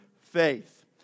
faith